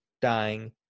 dying